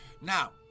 Now